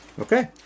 Okay